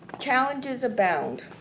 challenges abound,